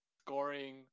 scoring